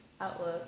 outlook